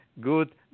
Good